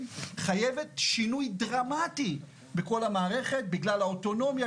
חייבת שינוי דרמטי בכל המערכת בגלל האוטונומיה,